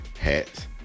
hats